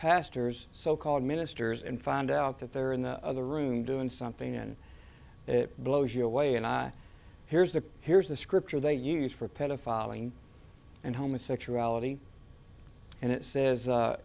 pastors so called ministers and found out that they're in the other room doing something and it blows you away and here's the here's the scripture they use for penna following and homosexuality and it says